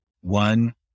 One